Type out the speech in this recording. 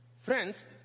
friends